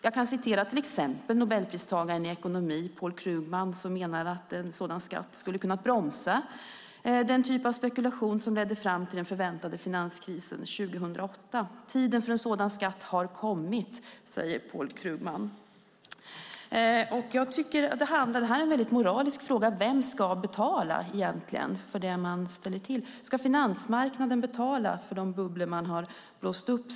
Jag kan hänvisa till exempel till Nobelpristagaren i ekonomi, Paul Krugman, som menar att en sådan skatt skulle ha kunnat bromsa den typ av spekulation som ledde fram till den förväntade finanskrisen 2008. Tiden för en sådan skatt har kommit, säger Paul Krugman. Jag tycker att det är en väldigt moralisk fråga. Vem ska egentligen betala för det man ställer till med? Ska finansmarknaden betala för de bubblor den har blåst upp?